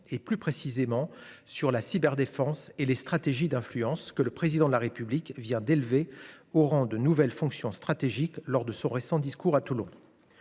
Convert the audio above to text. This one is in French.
et plus précisément sur la cyberdéfense et les stratégies d'influence que le président de la République vient d'élever au rang de nouvelles fonctions stratégiques lors de son récent discours à Toulon,